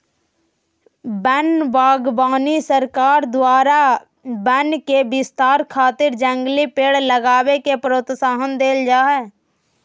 वन बागवानी सरकार द्वारा वन के विस्तार खातिर जंगली पेड़ लगावे के प्रोत्साहन देल जा हई